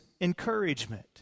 encouragement